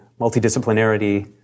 multidisciplinarity